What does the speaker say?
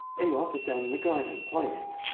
eyolf is down in the garden, playing.